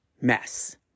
mess